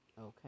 Okay